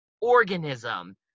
organism